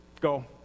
go